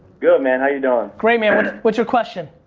good man how you doing? great man, what's your question?